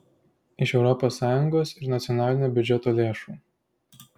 iš europos sąjungos ir nacionalinio biudžeto lėšų